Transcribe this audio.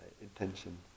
intention